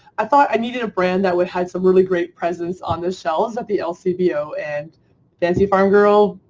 i thought i needed a brand that would had some really great presence on the shelves at the lcbo and fancy farm girl,